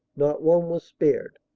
not one was spared.